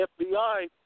FBI